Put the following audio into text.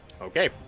Okay